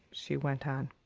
she went on,